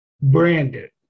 branded